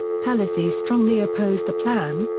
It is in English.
pelosi strongly opposed the plan,